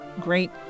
great